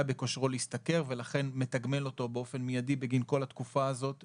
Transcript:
בכושרו להשתכר ולכן מתגמל אותו באופן מיידי בגין כל התקופה הזו ,